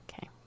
Okay